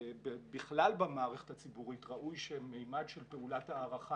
בכלל במערכת הציבורית ראוי שממד של פעולת הערכה